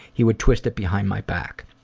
he would twist it behind my back.